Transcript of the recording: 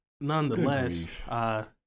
nonetheless